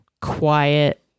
quiet